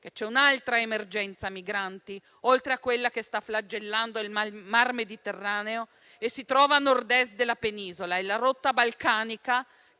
c'è un'altra emergenza migranti, oltre a quella che sta flagellando il mar Mediterraneo e si trova a Nord-Est della penisola; è la rotta balcanica